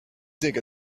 dig